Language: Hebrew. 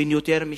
בן יותר מ-65,